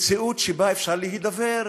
מציאות שבה אפשר להידבר,